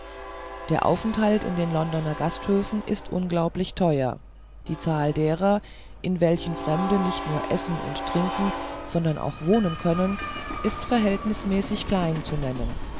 der aufenthalt in den londoner gasthöfen ist unglaublich teuer die zahl derer in welchen fremde nicht nur essen und trinken sonder auch wohnen können ist verhältnismäßig klein zu nennen